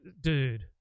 dude